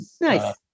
nice